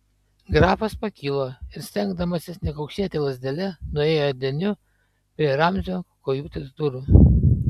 grafas pakilo ir stengdamasis nekaukšėti lazdele nuėjo deniu prie ramzio kajutės durų